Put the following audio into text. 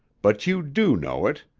but you do know it.